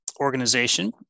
organization